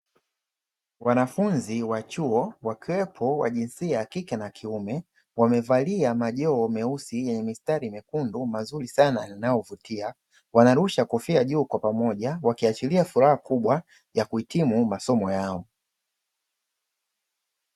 Wanafunzi wa chuo wakiwepo wa jinsia ya kike na ya kiume, wamevalia majoho meusi yenye mistari myekundu mazujri sana na yanayo vutia. Wanarusha kofia juu kwa pamoja wakiashiria furaha kubwa ya kuhitimu masomo yao.